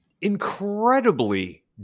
Incredibly